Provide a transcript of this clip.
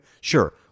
sure